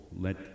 Let